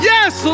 Yes